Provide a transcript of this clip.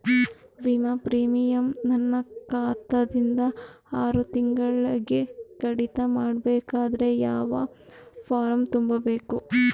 ವಿಮಾ ಪ್ರೀಮಿಯಂ ನನ್ನ ಖಾತಾ ದಿಂದ ಆರು ತಿಂಗಳಗೆ ಕಡಿತ ಮಾಡಬೇಕಾದರೆ ಯಾವ ಫಾರಂ ತುಂಬಬೇಕು?